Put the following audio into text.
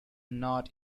not